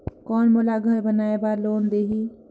कौन मोला घर बनाय बार लोन देही?